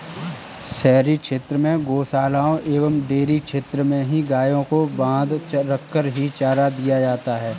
शहरी क्षेत्र में गोशालाओं एवं डेयरी क्षेत्र में ही गायों को बँधा रखकर ही चारा दिया जाता है